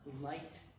light